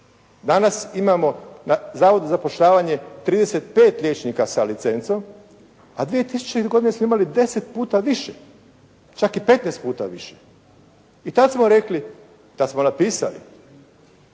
danas imamo na zavodu za zapošljavanje 35 liječnika sa licencom, a 2000. godine smo imali 10 puta više, čak i 15 puta više. I tad smo rekli, tad smo napisali